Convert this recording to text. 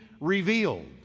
revealed